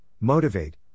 motivate